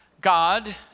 God